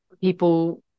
people